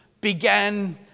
began